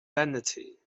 vanity